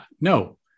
no